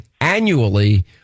annually